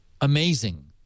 amazing